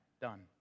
Done